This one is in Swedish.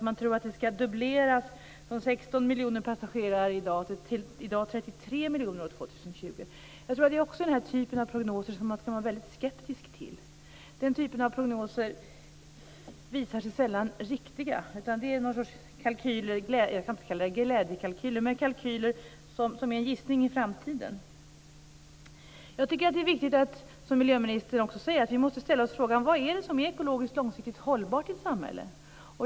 Man tror att det ska dubbleras från 16 miljoner passagerare i dag till 33 miljoner år 2020. Jag tror att också det är den typ av prognos som man ska vara väldigt skeptisk till. Den typen av prognoser visar sig sällan riktiga. Det är någon sorts kalkyler som är en gissning om framtiden. Jag tycker att det är viktigt, som miljöministern också säger, att vi ställer oss frågan vad som är ekologiskt långsiktigt hållbart i ett samhälle.